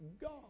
God